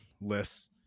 lists